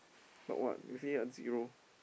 talk what you see ah zero